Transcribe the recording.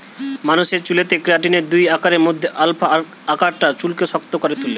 মানুষের চুলেতে কেরাটিনের দুই আকারের মধ্যে আলফা আকারটা চুলকে শক্ত করে তুলে